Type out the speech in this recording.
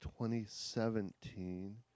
2017